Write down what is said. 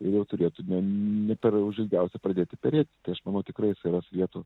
ir jau turėtume ne per užilgiausia pradėti perėti tai aš manau tikrai jisai ras vietų